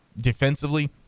defensively